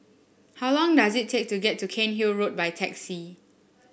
how long does it take to get to Cairnhill Road by taxi